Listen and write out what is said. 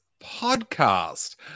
podcast